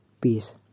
Peace